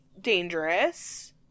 dangerous